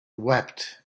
wept